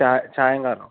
ചാ ചായം കാണുവൊ